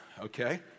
okay